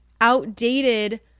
outdated